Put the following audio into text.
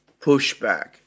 pushback